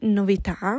novità